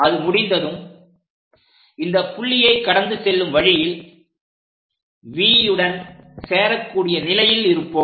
அது முடிந்ததும் இந்த புள்ளியைக் கடந்து செல்லும் வழியில் V உடன் சேரக்கூடிய நிலையில் இருப்போம்